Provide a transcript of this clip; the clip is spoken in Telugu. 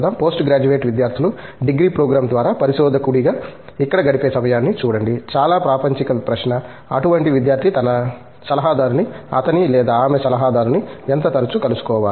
పోస్ట్ గ్రాడ్యుయేట్ విద్యార్థులు డిగ్రీ ప్రోగ్రాం ద్వారా పరిశోధకుడిగా ఇక్కడ గడిపే సమయాన్ని చూడండి చాలా ప్రాపంచిక ప్రశ్న అటువంటి విద్యార్థి తన సలహాదారుని అతని లేదా ఆమె సలహాదారుని ఎంత తరచుగా కలుసుకోవాలి